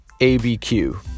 ABQ